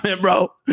bro